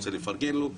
הפעם אני רוצה לפרגן לו,